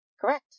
Correct